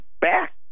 back